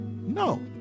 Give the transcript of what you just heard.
no